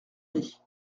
rit